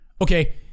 Okay